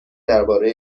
درباره